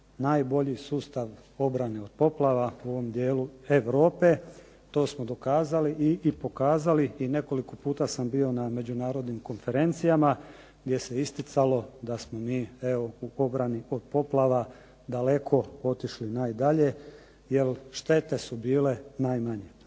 najbolji sustav obrane od poplava u ovom dijelu Europe. To smo dokazali i pokazali i nekoliko puta sam bio na međunarodnim konferencijama gdje se isticalo evo u obrani od poplava daleko otišli najdalje jer štete su bile najmanje.